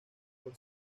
por